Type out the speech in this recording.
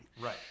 Right